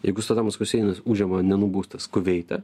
jeigu sadamas huseinas užima nenubaustas kuveitą